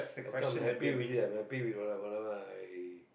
as long I'm happy with it I'm happy with whatever I